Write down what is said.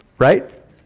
right